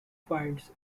finds